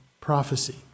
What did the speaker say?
prophecy